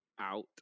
out